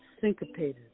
syncopated